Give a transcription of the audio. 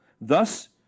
Thus